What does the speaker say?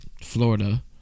Florida